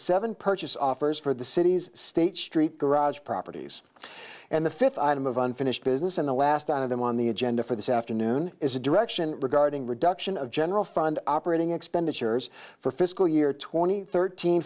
seven purchase offers for the city's state street garage properties and the fifth item of unfinished business and the last out of them on the agenda for this afternoon is a direction regarding reduction of general fund operating expenditures for fiscal year twenty thirteen